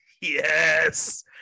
Yes